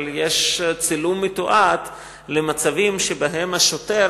אבל יש צילום מתועד של מצבים שבהם השוטר,